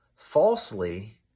falsely